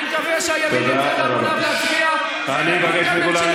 אני מקווה שהימין יצא בהמוניו ויצביע ותקום כאן